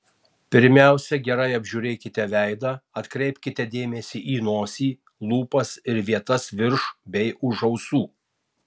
pirmiausia gerai apžiūrėkite veidą atkreipkite dėmesį į nosį lūpas ir vietas virš bei už ausų